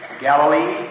Galilee